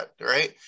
right